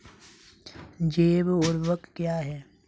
जैव ऊर्वक क्या है?